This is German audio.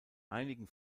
einigen